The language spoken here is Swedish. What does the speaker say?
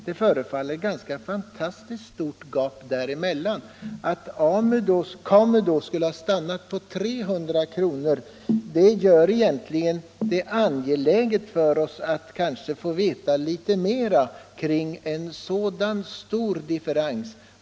Det förefaller att vara ett Tisdagen den ganska stort gap där emellan. Att KAMU:s beräkningar har stannat på 20 maj 1975 300 kr. gör det angeläget att få veta litet mera kring denna stora differens.